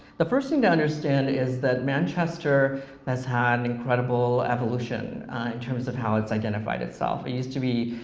the first thing to understand is that manchester has had an incredible evolution in terms of how it's identified itself. it used to be,